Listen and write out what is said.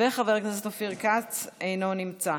חבר הכנסת אופיר כץ, אינו נמצא.